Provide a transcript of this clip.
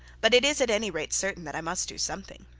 but it is at any rate certain that i must do something